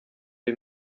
ari